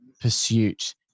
pursuit